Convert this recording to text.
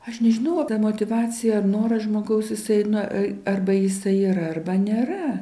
aš nežinau ar ta motyvacija ar noras žmogaus jisai na arba jisai yra arba nėra